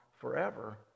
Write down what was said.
forever